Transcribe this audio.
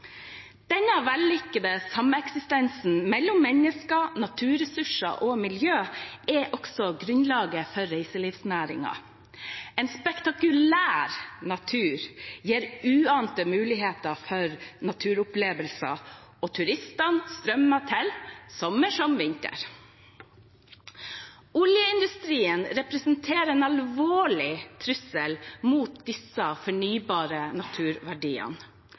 Denne vellykkede sameksistensen mellom mennesker, naturressurser og miljø er også grunnlaget for reiselivsnæringen. En spektakulær natur gir uante muligheter for naturopplevelser, og turistene strømmer til, sommer som vinter. Oljeindustrien representerer en alvorlig trussel mot disse fornybare naturverdiene.